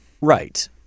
Right